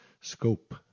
scope